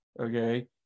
okay